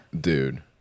Dude